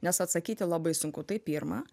nes atsakyti labai sunku tai pirma